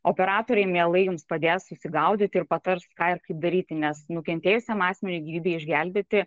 operatoriai mielai jums padės susigaudyti ir patars ką ir kaip daryti nes nukentėjusiam asmeniui gyvybę išgelbėti